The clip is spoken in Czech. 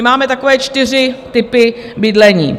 Máme takové čtyři typy bydlení.